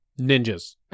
ninjas